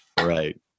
right